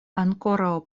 ankoraŭ